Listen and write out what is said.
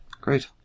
great